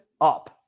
up